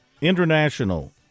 International